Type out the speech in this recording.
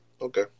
okay